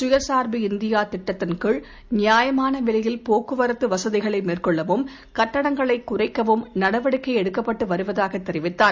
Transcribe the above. சுயசார்பு இந்தியா திட்டத்தின் கீழ் நியாயமான விலையில் போக்குவரத்து வசதிகளை மேற்கொள்ளவும் கட்டணங்களை குறைக்கவும் நடவடிக்கை எடுக்கப்பட்டு வருவதாக தெரிவித்தார்